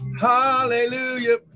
Hallelujah